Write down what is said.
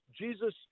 Jesus